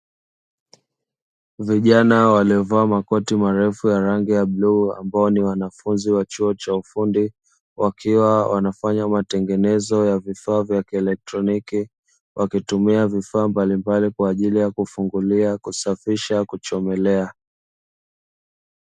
Vijana waliovaa makoti marefu ya rangi ya bluu, ambao ni wanafunzi wa chuo cha ufundi, wakiwa wanafanya matengenezo ya vifaa vya kielekitroniki. Wakitumia vifaa mbalimbali kwa ajili ya kufungulia, kusafisha na kuchomelea.